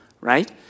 right